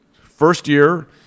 first-year